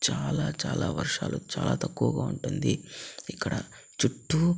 చాలా చాలా వర్షాలు చాలా తక్కువగా ఉంటుంది ఇక్కడ చుట్టూ